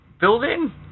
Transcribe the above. building